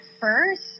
first